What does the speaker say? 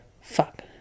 fuck